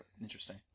Interesting